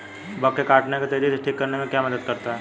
Bug के काटने को तेजी से ठीक करने में क्या मदद करता है?